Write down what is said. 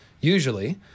usually